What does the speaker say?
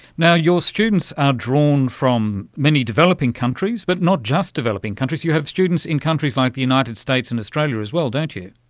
your students are drawn from many developing countries but not just developing countries, you have students in countries like the united states and australia as well, don't you.